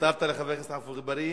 ויתרת לחבר הכנסת עפו אגבאריה?